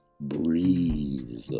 Breathe